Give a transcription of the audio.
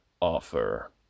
offer